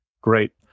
Great